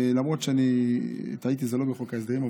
למרות שאני טעיתי, זה לא בחוק ההסדרים.